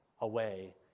away